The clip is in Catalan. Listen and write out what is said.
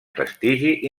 prestigi